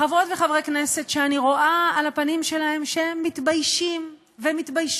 חברות וחברי כנסת שאני רואה על הפנים שלהם שהם מתביישים ומתביישות.